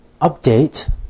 update